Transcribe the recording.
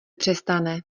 přestane